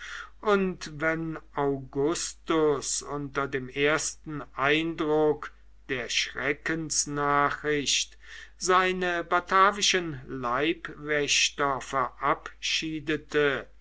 und wenn augustus unter dem ersten eindruck der schreckensnachricht seine batavischen leibwächter verabschiedete